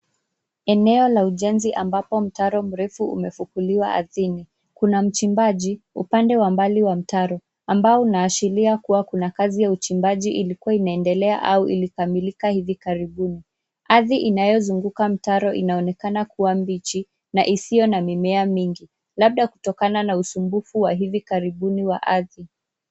Eneo la ujenzi ambapo mtaro mrefu umefukuliwa ardhini. Kuna mchimbaji upande wa mbali wa mtaro ambao unaashiria kuwa kuna kazi ya uchimbaji ilikua inaendelea au ilikamilika hivi karibuni. Ardhi inayozunguka mtaro inaonekana kuwa mbichi na isiyo na mimea mingi labda kutokana na usumbufu wa hivi karibuni wa ardhi.